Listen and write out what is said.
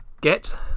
Get